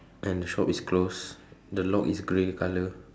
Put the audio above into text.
and the shop is closed the lock is grey in colour